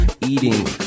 eating